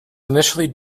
initially